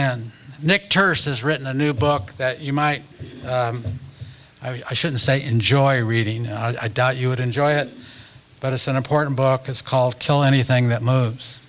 in nick turse has written a new book that you might i shouldn't say enjoy reading i doubt you would enjoy it but it's an important book is called kill anything that moves